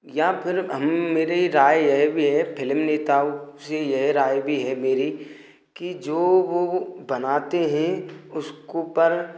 या फिर मेरी राय यह भी है फिलिम नेताओं से यह राय भी है मेरी कि जो वह बनते हैं उसको पर